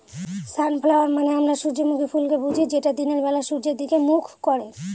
sunflower মানে আমরা সূর্যমুখী ফুলকে বুঝি যেটা দিনের বেলা সূর্যের দিকে মুখ করে